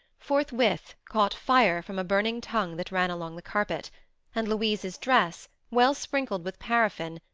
forthwith caught fire from a burning tongue that ran along the carpet and louise's dress, well sprinkled with paraffin,